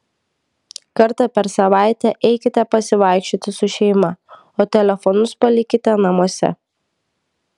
kartą per savaitę eikite pasivaikščioti su šeima o telefonus palikite namuose